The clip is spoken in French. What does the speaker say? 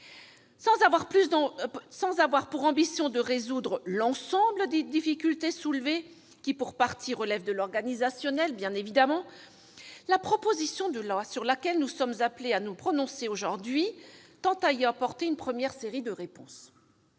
Sans avoir pour ambition de résoudre l'ensemble des difficultés soulevées, qui relèvent pour partie de l'organisationnel, la proposition de loi sur laquelle nous sommes appelés à nous prononcer aujourd'hui tend à apporter une première série de réponses.